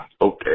Okay